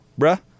bruh